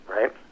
Right